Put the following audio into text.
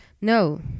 No